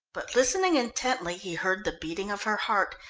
but listening intently he heard the beating of her heart,